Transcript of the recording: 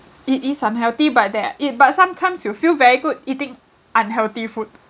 it is unhealthy but that eh but sometimes you feel very good eating unhealthy food